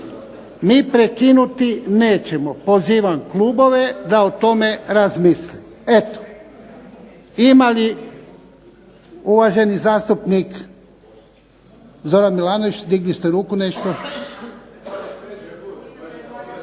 Mi prekinuti nećemo, pozivam klubove da o tome razmisle. Eto. Ima li uvaženi zastupnik Zoran Milanović, digli ste ruku nešto.